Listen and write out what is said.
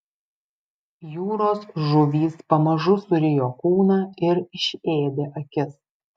jūros žuvys pamažu surijo kūną ir išėdė akis